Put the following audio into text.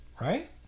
Right